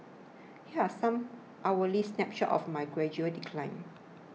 here are some hourly snapshots of my gradual decline